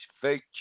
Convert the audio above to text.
fake